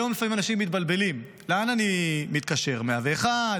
היום לפעמים אנשים מתבלבלים: לאן אני מתקשר, 101?